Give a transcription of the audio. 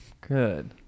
Good